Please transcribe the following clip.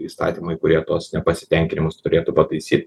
įstatymai kurie tuos nepasitenkinimus turėtų pataisyt